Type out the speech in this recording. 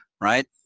Right